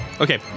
Okay